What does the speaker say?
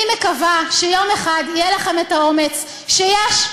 אני מקווה שיום אחד יהיה לכם האומץ שיש,